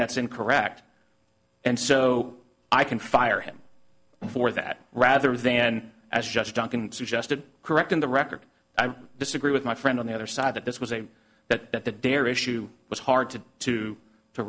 that's incorrect and so i can fire him for that rather than as just duncan suggested correcting the record i'm disagree with my friend on the other side that this was a that the dare issue was hard to to to